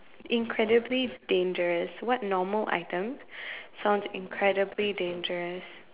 incredibly dangerous what normal item sounds incredibly dangerous